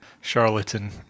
Charlatan